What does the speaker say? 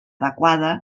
adequada